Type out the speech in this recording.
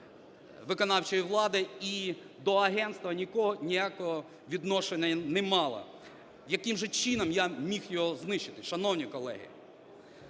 виконавчої влади і до агентства ніякого відношення не мало. Яким же чином я міг його знищити, шановні колеги?